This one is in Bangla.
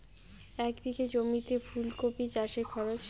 এক বিঘে জমিতে ফুলকপি চাষে খরচ?